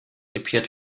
appeared